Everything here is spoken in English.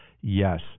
Yes